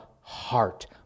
heart